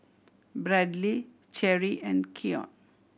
Bradly Cheri and Keion